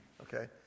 Okay